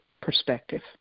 perspective